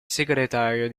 segretario